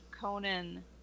Conan